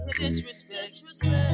disrespect